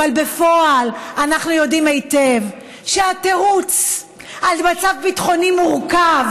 אבל בפועל אנחנו יודעים היטב שהתירוץ של מצב ביטחוני מורכב,